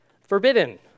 forbidden